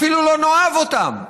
אפילו לא נאהב אותם,